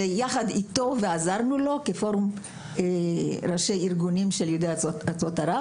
שיחד עזרנו לו כפורום ראשי ארגונים של יהודי ארצות ערב